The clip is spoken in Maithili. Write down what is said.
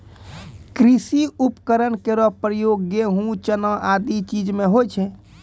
कृषि उपकरण केरो प्रयोग गेंहू, चना आदि चीज म होय छै